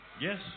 Yes